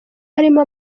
harimo